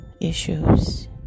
issues